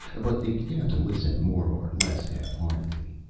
but they began to listen more or less half-heartedly.